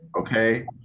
Okay